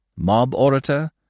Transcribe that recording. mob-orator